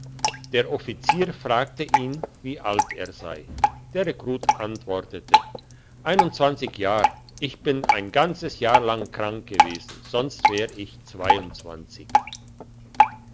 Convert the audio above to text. der offizier fragte ihn wie alt er sei der rekrut antwortete einundzwanzig jahr ich bin ein ganzes jahr lang krank gewesen sonst wär ich zweiundzwanzig